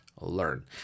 learn